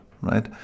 right